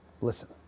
listen